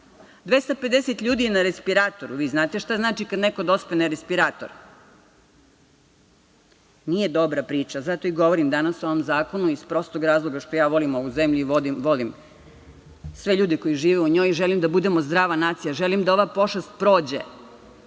ljudi je na respiratoru, vi znate šta znači kada neko dospe na respirator. Nije dobra priča, zato i govorom danas o ovom zakonu iz prostog razloga što ja volim ovu zemlju i volim sve ljude koji žive u njoj i želim da budemo zdrava nacija, želim da ova pošast prođe. Opet